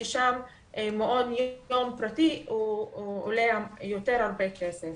ששם מעון יום פרטי עולה יותר כסף.